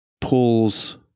pulls